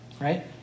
right